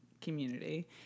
community